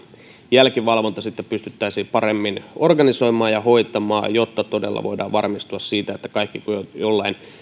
jälkivalvonta pystyttäisiin paremmin organisoimaan ja hoitamaan jotta todella voidaan varmistua siitä että kaikki jotka jollain